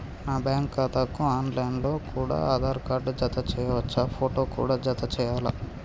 నా బ్యాంకు ఖాతాకు online లో కూడా ఆధార్ కార్డు జత చేయవచ్చా ఫోటో కూడా జత చేయాలా?